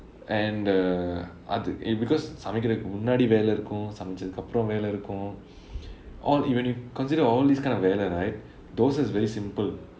and uh அது:athu because சமைக்கிறதுக்கு முன்னாடி வேலை இருக்கும் சமைச்ச அப்புறம் வேலை இருக்கும்:samaikkaruthukku munnaadi velai irukkum samaicha appuram velai irukkum all when you consider all these kind of வேலை:velai right thosai is very simple